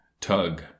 Tug